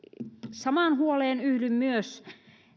samaan huoleen yhdyn myös